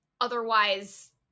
otherwise